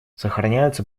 сохраняются